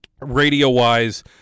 Radio-wise